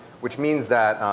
which means that